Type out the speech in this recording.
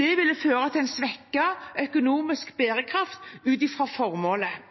Det ville føre til en svekket økonomisk bærekraft ut fra formålet.